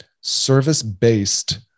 service-based